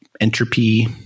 entropy